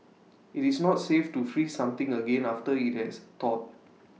IT is not safe to freeze something again after IT has thawed